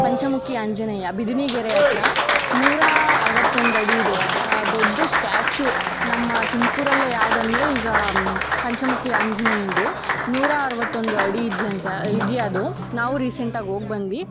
ಪಂಚಮುಖಿ ಆಂಜನೇಯ ಬಿದಿನಿಗೆರೆ ಹತ್ರ ನೂರಾ ಅರ್ವತ್ತೊಂದು ಅಡಿ ಇದೆ ದೊಡ್ಡ ಸ್ಟ್ಯಾಚು ನಮ್ಮ ತುಮಕೂರಲ್ಲೇ ಯಾವುದಂದ್ರೆ ಈಗ ಪಂಚಮುಖಿ ಆಂಜನೇಯಂದು ನೂರಾ ಅರವತ್ತೊಂದು ಅಡಿ ಇದೆಯಂತೆ ಇದೆ ಅದು ನಾವು ರೀಸೆಂಟಾಗಿ ಹೋಗ್ ಬಂದ್ವಿ